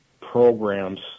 programs